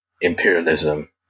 imperialism